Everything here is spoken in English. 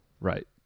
Right